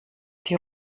die